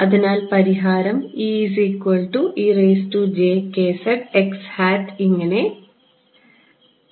അതിനാൽ പരിഹാരം എങ്ങനെ രൂപത്തിലായിരിക്കും